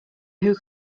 who